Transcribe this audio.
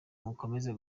mukomeze